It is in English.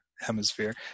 hemisphere